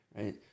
right